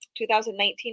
2019